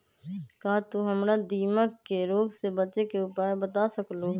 का तू हमरा दीमक के रोग से बचे के उपाय बता सकलु ह?